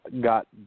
got